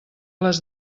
les